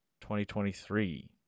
2023